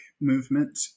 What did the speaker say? movement